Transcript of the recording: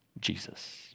Jesus